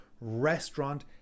restaurant